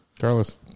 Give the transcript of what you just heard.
Carlos